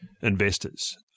investors